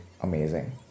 amazing